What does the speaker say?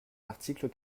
l’article